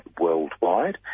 worldwide